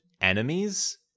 enemies